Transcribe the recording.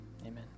amen